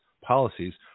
policies